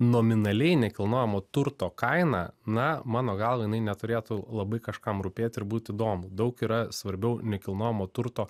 nominaliai nekilnojamo turto kaina na mano galva jinai neturėtų labai kažkam rūpėt ir būti įdomu daug yra svarbiau nekilnojamo turto